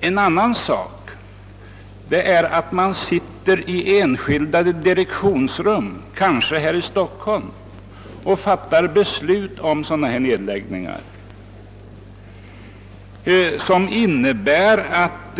En annan sak är i att man i enskilda direktionsrum, kanske här i Stockholm, fattar beslut om nedläggningar som innebär att